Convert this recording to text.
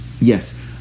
Yes